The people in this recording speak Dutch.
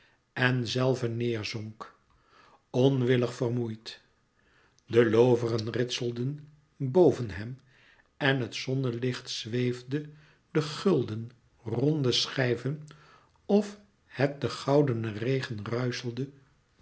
en zelve neêr zonk onwillig vermoeid de looveren ritselden boven hem en het zonnelicht zeefde de gulden ronde schijven of het den goudenen regen